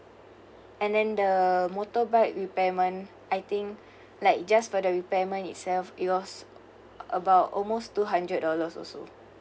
and then the motorbike repairment I think like just for the repairment itself it was about almost two hundred dollars also